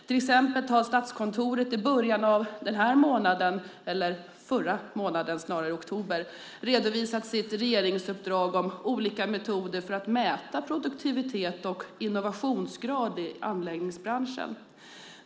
Till exempel har Statskontoret i början av förra månaden redovisat sitt regeringsuppdrag om olika metoder för att mäta produktivitet och innovationsgrad i anläggningsbranschen.